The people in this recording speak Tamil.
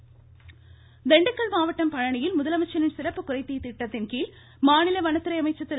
திண்டுக்கல் சீனிவாசன் திண்டுக்கல் மாவட்டம் பழனியில் முதலமைச்சரின் சிறப்பு குறைதீர் திட்டத்தின் கீழ் மாநில வனத்துறை அமைச்சர் திரு